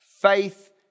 Faith